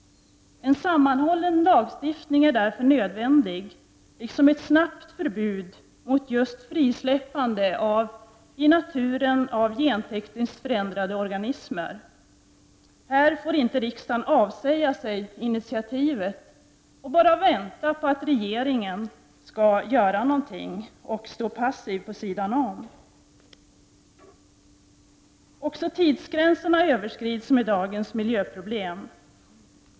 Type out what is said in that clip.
En sammanhållen lagstiftning är därför nödvändig, liksom ett snabbt förbud mot just frisläppande i naturen av gentekniskt förändrade organismer. Här får inte riksdagen avsäga sig initiativet och bara vänta på att regeringen skall göra någonting. Man får inte stå passiv. Också tidsgränserna överskrids när det gäller dagens miljöproblem.